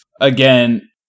again